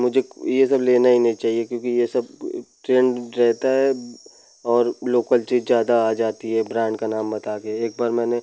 मुझे यह सब लेना ही नहीं चाहिए क्योंकि यह सब ट्रेंड रहता है और लोकल चीज़ ज़्यादा आ जाती है ब्रांड का नाम बताकर एक बार मैंने